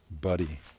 buddy